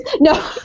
no